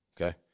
okay